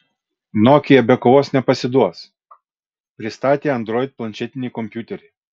nokia be kovos nepasiduos pristatė android planšetinį kompiuterį